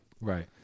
Right